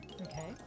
Okay